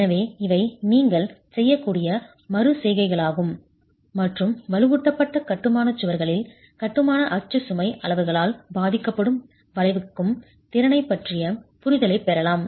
எனவே இவை நீங்கள் செய்யக்கூடிய மறு செய்கைகளாகும் மற்றும் வலுவூட்டப்பட்ட கட்டுமான சுவர்களில் கட்டுமான அச்சு சுமை அளவுகளால் பாதிக்கப்படும் வளைக்கும் திறனைப் பற்றிய புரிதலைப் பெறலாம்